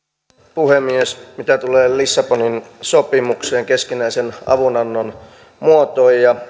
puhemies mitä tulee lissabonin sopimukseen keskinäisen avunannon muotoon ja ja